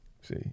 See